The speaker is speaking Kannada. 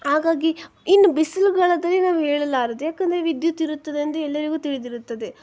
ಹಾಗಾಗಿ ಇನ್ನು ಬಿಸಿಲುಗಾಲದಲ್ಲಿ ನಾವು ಹೇಳಲಾರದು ಯಾಕೆಂದರೆ ವಿದ್ಯುತ್ ಇರುತ್ತದೆ ಎಂದು ಎಲ್ಲರಿಗೂ ತಿಳಿದಿರುತ್ತದೆ